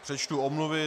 Přečtu omluvy.